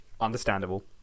understandable